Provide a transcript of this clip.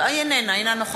היא איננה, היא אינה נוכחת.